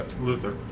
Luther